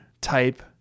type